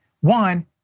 One